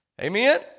Amen